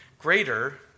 greater